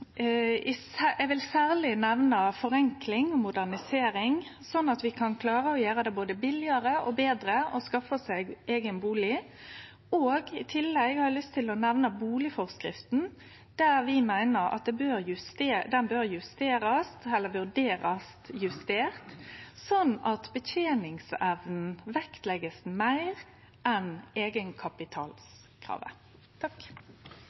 særleg nemne forenkling og modernisering, slik at vi kan klare å gjere det både billigare og betre å skaffe seg eigen bustad. I tillegg har eg lyst til å nemne bustadforskrifta, som vi meiner bør justerast eller vurderast justert, slik at det blir lagt større vekt på beteningsevna enn